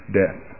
death